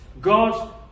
God